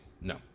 no